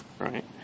right